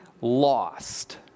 lost